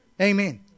Amen